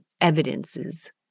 evidences